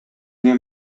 nie